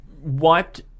wiped